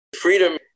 Freedom